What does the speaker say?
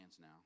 now